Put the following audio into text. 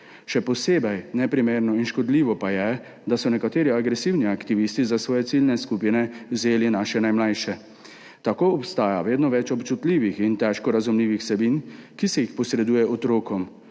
Še posebej neprimerno in škodljivo pa je, da so nekateri agresivni aktivisti za svoje ciljne skupine vzeli naše najmlajše. Tako obstaja vedno več občutljivih in težko razumljivih vsebin, ki se jih posreduje otrokom,